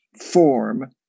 form